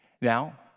Now